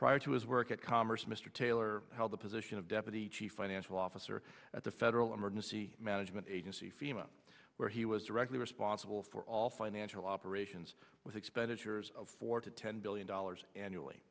prior to his work at commerce mr taylor held the position of deputy chief financial officer at the federal emergency management agency fema where he was directly responsible for all financial operations with expenditures of four to ten billion dollars annually